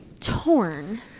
torn